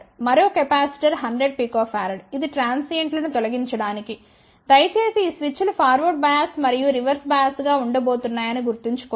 మరో capacitor 100 pF ఇది ట్రాన్సియెంట్లను తొలగించడానికి దయచేసి ఈ స్విచ్లు ఫార్వర్డ్ బయాస్ మరియు రివర్స్ బయాస్గా ఉండబోతున్నాయని గుర్తుంచుకోండి